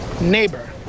Neighbor